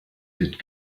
did